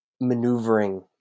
maneuvering